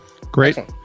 great